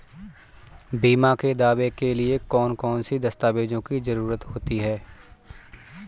बीमा के दावे के लिए कौन कौन सी दस्तावेजों की जरूरत होती है?